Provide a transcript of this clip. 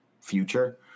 future